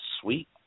sweet